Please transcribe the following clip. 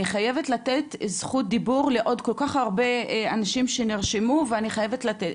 אני חייבת לתת זכות דיבור לעוד כל כך הרבה אנשים שנרשמו ואני חייבת לתת.